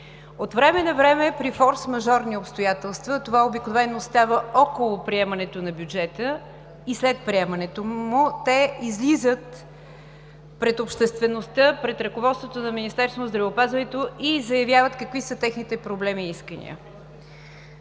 От време на време при форсмажорни обстоятелства, това обикновено става около приемането на бюджета и след приемането му, те излизат пред обществеността, пред ръководството на Министерството на здравеопазването и заявяват какви са техните проблеми и искания.